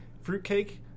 fruitcake